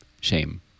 shame